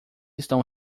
estão